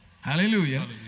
Hallelujah